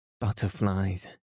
butterflies